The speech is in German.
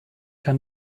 kein